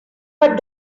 but